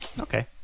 Okay